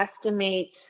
estimate